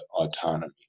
autonomy